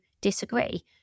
disagree